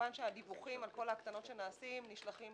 כמובן שהדיווחים על כל ההקטנות שנעשות נשלחים